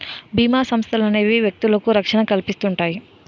బీమా సంస్థలనేవి వ్యక్తులకు రక్షణ కల్పిస్తుంటాయి